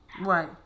Right